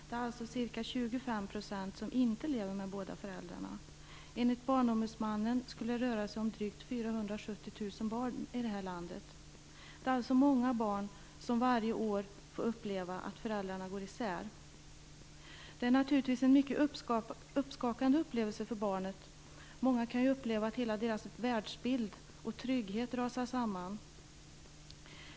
Det är alltså ca 25 % som inte lever med båda föräldrarna. Enligt barnombudsmannen skulle det röra sig om drygt 470 000 barn i vårt land. Det är alltså många barn som varje år får uppleva att föräldrarna går isär. Det är naturligtvis en mycket uppskakande upplevelse för barnet. Många kan uppleva att hela deras världsbild och trygghet rasar samman.